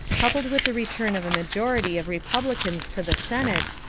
coupled with the return of a majority of republicans to the senate,